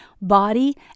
body